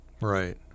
Right